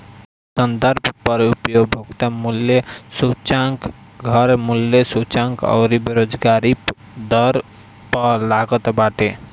संदर्भ दर उपभोक्ता मूल्य सूचकांक, घर मूल्य सूचकांक अउरी बेरोजगारी दर पअ लागत बाटे